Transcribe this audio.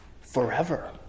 forever